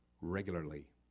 regularly